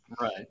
Right